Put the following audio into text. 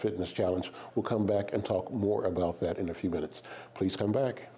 fitness challenge we'll come back and talk more about that in a few minutes please come back